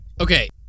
Okay